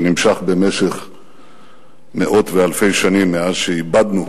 זה נמשך מאות ואלפי שנים מאז איבדנו